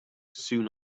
soon